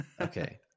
Okay